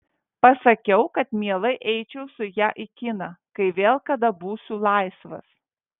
pasakiau kad mielai eičiau su ja į kiną kai vėl kada būsiu laisvas